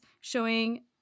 showing